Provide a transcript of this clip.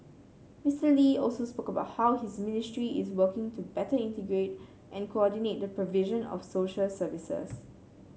Mister Lee also spoke about how his ministry is working to better integrate and coordinate the provision of social services